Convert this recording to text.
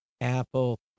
Apple